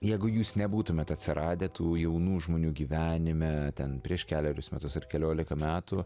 jeigu jūs nebūtumėt atsiradę tų jaunų žmonių gyvenime ten prieš kelerius metus ar keliolika metų